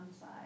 side